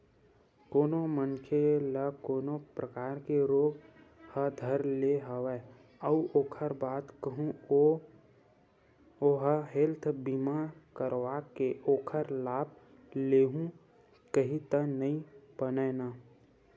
कोनो मनखे ल कोनो परकार के रोग ह धर ले हवय अउ ओखर बाद कहूँ ओहा हेल्थ बीमा करवाके ओखर लाभ लेहूँ कइही त नइ बनय न